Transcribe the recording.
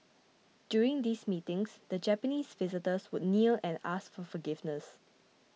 during these meetings the Japanese visitors would kneel and ask for forgiveness